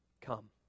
Come